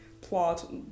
plot